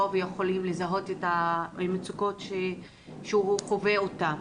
ויכולים לזהות את המצוקות שהוא חווה אותן,